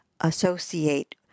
associate